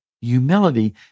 Humility